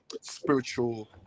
spiritual